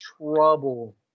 Trouble